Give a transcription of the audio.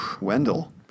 Wendell